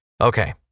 Okay